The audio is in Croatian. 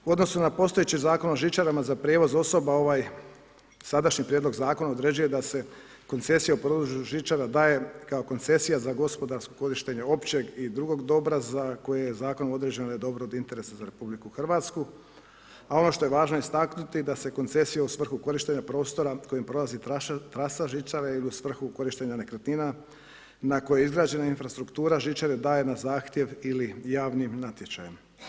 U odnosu na postojeći Zakon o žičarama za prijevoz osoba, ovaj sadašnji prijedlog zakona određuje da se koncesije … žičara daje kao koncesija za gospodarsko korištenje općeg i drugog dobra za koje je zakon od određenog dobra od interesa za RH, a ono što je važno istaknuti da se koncesija u svrhu korištenja prostora kojim prolazi trasa žičare ili u svrhu korištenja nekretnina na kojoj je izgrađena infrastruktura žičare daje na zahtjev ili javnim natječajem.